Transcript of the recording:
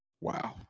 wow